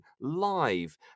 live